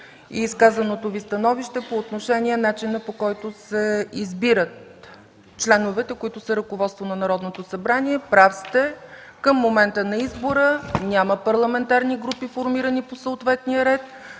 и изказаното Ви становище по отношение начина, по който се избират членовете, които са ръководство на Народното събрание. Прав сте, към момента на избора няма парламентарни групи, формирани по съответния ред,